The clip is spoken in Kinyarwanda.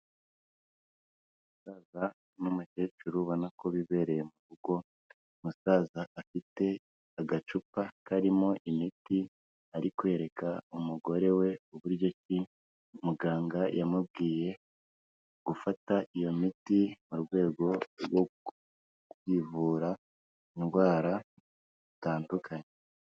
Umusaza n'umukecuru ubona ko bibereye mu rugo, umusaza afite agacupa karimo imiti ari kwereka umugore we uburyo ki muganga yamubwiye gufata iyo miti mu rwego rwo kwivura indwara zitandukanye.